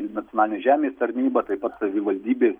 nacionalinė žemės tarnyba taip pat savivaldybės